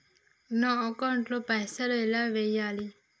నా అకౌంట్ ల పైసల్ ఎలా వేయాలి?